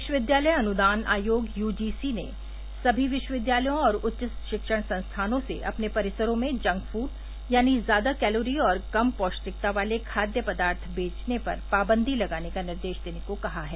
विश्वविद्यालय अनुदान आयोग यूजीसी ने सभी विश्वविद्यालयों और उच्च शिक्षण संस्थानों से अपने परिसरों में जंक फूड यानी ज्यादा कैलोरी और कम पौष्टिकता वाले खाद्य पदार्थ बेचने पर पाबंदी लगाने का निर्देश देने को कहा है